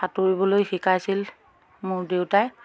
সাঁতোৰিবলৈ শিকাইছিল মোৰ দেউতাই